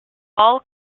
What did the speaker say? all